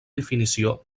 definició